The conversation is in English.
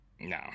No